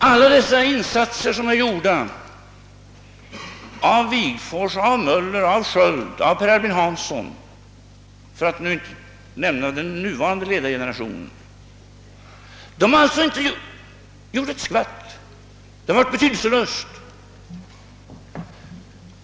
Alla dessa insatser av Wigforss, Möller, Sköld, Per Albin Hansson, för att inte nämna den nuvarande ledargenerationen, har alltså inte betytt någonting. De har varit betydelselösa.